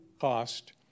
cost